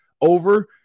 over